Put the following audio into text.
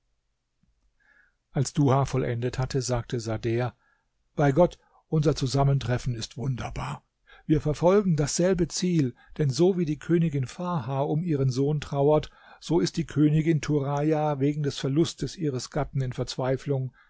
als duha vollendet hatte sagte sader bei gott unser zusammentreffen ist wunderbar wir verfolgen dasselbe ziel denn so wie die königin farha um ihren sohn trauert so ist die königin turaja wegen des verlustes ihres gatten in verzweiflung